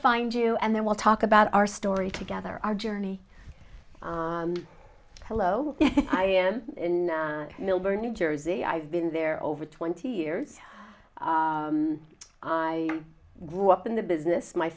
find you and then we'll talk about our story together our journey hello i am in millburn new jersey i've been there over twenty years i grew up in the business my